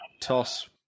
toss